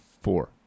Four